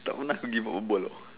tak pernah pergi buat bual [tau]